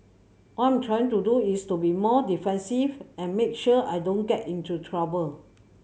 all I'm trying to do is to be more defensive and make sure I don't get into trouble